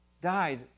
died